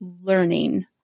learning